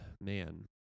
man